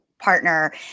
partner